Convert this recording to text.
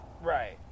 right